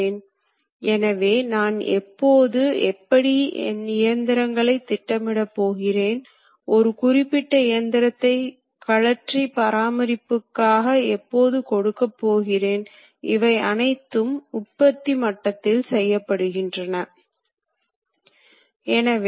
digital நுட்பங்களைப் பயன்படுத்தி இயந்திரங்களை துல்லியமாக கட்டுப்படுத்த முடியுமானால் கணினி போன்ற கூறுகள் முக்கியமாக மைக்ரோப்ராசஸர் போன்றவற்றை அதனுடன் இணைக்க முடியும்